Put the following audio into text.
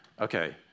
Okay